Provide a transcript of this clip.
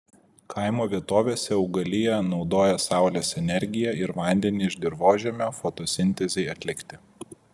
kaimo vietovėse augalija naudoja saulės energiją ir vandenį iš dirvožemio fotosintezei atlikti